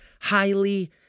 highly